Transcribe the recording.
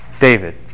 David